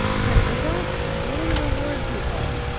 because we don't really reward people,